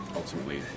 ultimately